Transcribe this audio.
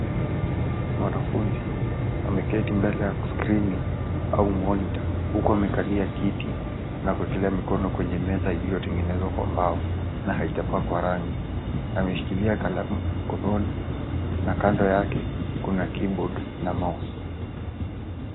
Mwanafunzi ameketi mbele ya skrini au monitor huku amekalia kiti na kuekelea mikono kwenye meza iliyotengenezwa kwa mbao na haijapakwa rangi. Ameshikilia kalamu mkononi na kando yake kuna keyboard na mouse .